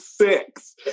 six